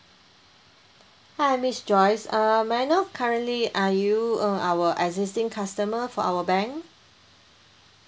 hi miss joyce uh may I know currently are you uh our existing customer for our bank